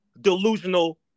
delusional